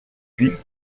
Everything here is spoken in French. puis